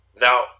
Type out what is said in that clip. now